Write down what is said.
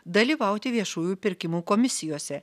dalyvauti viešųjų pirkimų komisijose